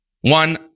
one